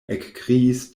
ekkriis